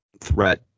threat